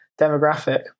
demographic